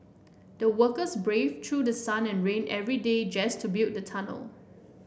the workers braved through sun and rain every day just to build the tunnel